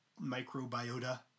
microbiota